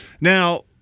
Now